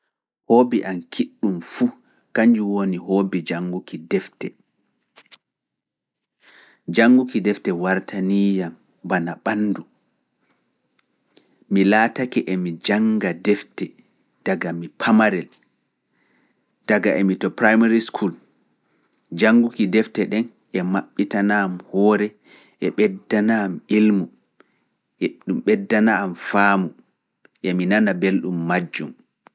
Hoobi am kiɗɗum fuu, kanjum woni hoobi janguki defte ɗen e dun maɓɓitana am hoore e ɓeddana am ilmu, e ɗum ɓeddana am faamu, emi nana belɗum majjum.